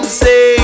say